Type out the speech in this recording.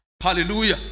Hallelujah